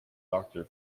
doctor